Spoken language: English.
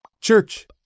Church